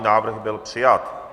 Návrh byl přijat.